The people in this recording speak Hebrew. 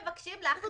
ממש לא,